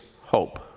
hope